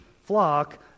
flock